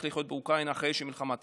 לחיות באוקראינה אחרי שהמלחמה תסתיים.